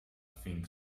think